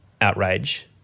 outrage